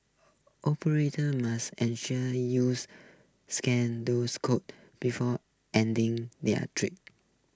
operators must ensure use scan those codes before ending their trip